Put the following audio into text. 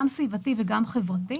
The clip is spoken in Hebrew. גם סביבתי וגם חברתי.